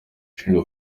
ushinjwa